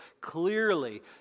clearly